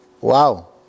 Wow